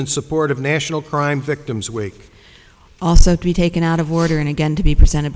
in support of national crime victims week also to be taken out of order and again to be presented